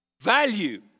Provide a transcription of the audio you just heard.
Value